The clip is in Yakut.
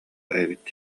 эбит